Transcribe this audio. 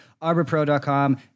arborpro.com